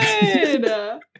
good